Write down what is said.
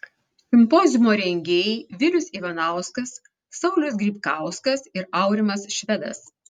simpoziumo rengėjai vilius ivanauskas saulius grybkauskas ir aurimas švedas